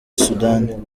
sudani